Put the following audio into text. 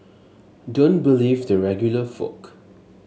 don't believe the regular folk